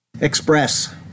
Express